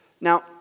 Now